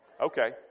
okay